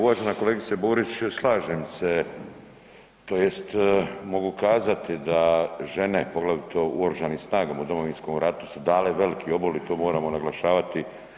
Uvažena kolegice Borić, slažem se tj. mogu kazati da žene, poglavito u oružanim snagama u Domovinskom ratu su dale veliki obol i to moramo naglašavati.